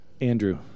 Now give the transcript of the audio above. Andrew